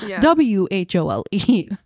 w-h-o-l-e